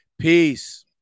Peace